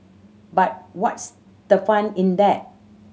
but what's the fun in that